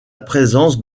présence